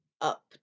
up